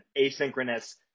asynchronous